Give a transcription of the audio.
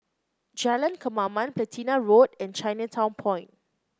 Jalan Kemaman Platina Road and Chinatown Point